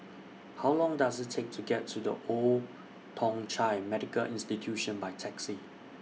How Long Does IT Take to get to The Old Thong Chai Medical Institution By Taxi